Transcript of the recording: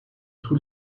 tous